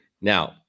Now